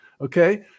Okay